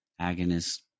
agonist